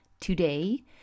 today